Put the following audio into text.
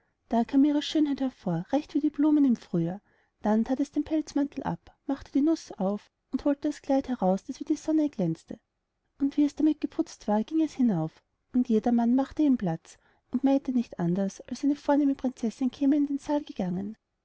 da kam seine schönheit hervor recht wie die blumen im frühjahr dann thät es den pelzmantel ab machte die nuß auf und holte das kleid heraus das wie die sonne glänzte und wie es damit geputzt war ging es hinauf und jedermann macht ihm platz und meinte nicht anders als eine vornehme prinzessin käme in den saal gegangen